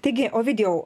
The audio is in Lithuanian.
taigi ovidijau